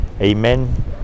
Amen